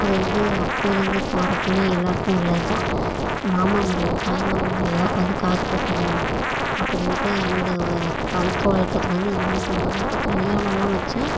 அது வந்து அப்போலேருந்து இப்போ வரைக்கும் எல்லாருக்கும் உள்ளது தான் மாமா மடியில் தாய் மாமா மடியில் தான் உட்காந்து காது குத்துணும் அப்படின்ட்டு அந்த ஒ பழக்கவழக்கத்த வந்து இன்னுமும் கொண்டு வரணும் இப்போ கல்யாணலாம் வச்சா